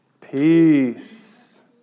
Peace